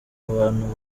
abantu